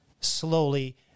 slowly